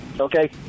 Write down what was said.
Okay